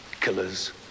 Killers